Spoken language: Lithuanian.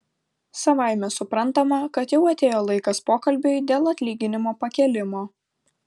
savaime suprantama kad jau atėjo laikas pokalbiui dėl atlyginimo pakėlimo